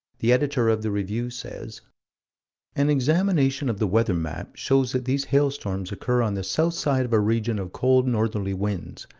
the editor of the review says an examination of the weather map shows that these hailstorms occur on the south side of a region of cold northerly winds,